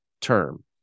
term